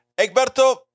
Egberto